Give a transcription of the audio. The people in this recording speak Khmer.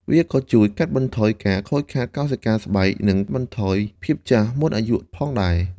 វាក៏ជួយកាត់បន្ថយការខូចខាតកោសិកាស្បែក និងបន្ថយភាពចាស់មុនអាយុផងដែរ។